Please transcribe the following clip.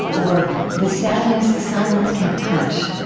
or the sadness silence can't touch.